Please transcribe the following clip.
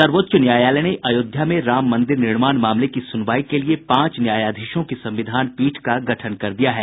सर्वोच्च न्यायालय ने अयोध्या में राम मंदिर निर्माण मामले की सुनवाई के लिए पांच न्यायाधीशों की संविधान पीठ का गठन कर दिया है